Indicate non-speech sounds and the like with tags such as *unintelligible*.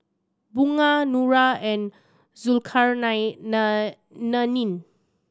Bunga Nura and *unintelligible*